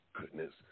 goodness